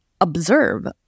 observe